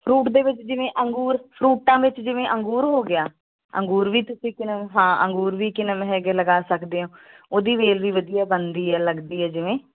fruit ਦੇ ਵਿੱਚ ਜਿਵੇਂ ਅੰਗੂਰ ਫਰੂਟਾਂ ਵਿੱਚ ਜਿਵੇਂ ਅੰਗੂਰ ਹੋ ਗਿਆ ਅੰਗੂਰ ਵੀ ਤੁਸੀਂ ਹਾਂ ਅੰਗੂਰ ਵੀ ਕਿਨਮ ਹੈਗੇ ਲਗਾ ਸਕਦੇ ਹੋ ਉਹਦੀ ਵੇਲ ਵੀ ਵਧੀਆ ਬਣਦੀ ਹੈ ਲੱਗਦੀ ਹੈ ਜਿਵੇਂ